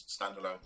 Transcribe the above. standalone